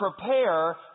prepare